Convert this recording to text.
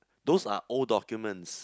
those are old documents